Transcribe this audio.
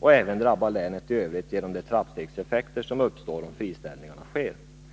och även drabba länet i övrigt genom de trappstegseffekter som uppstår om friställningarna sker.